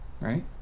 right